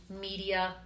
media